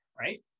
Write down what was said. right